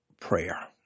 prayer